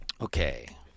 Okay